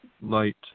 light